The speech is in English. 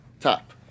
top